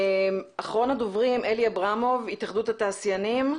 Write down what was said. אחרון הדוברים אלי אברמוב, התאחדות התעשיינים.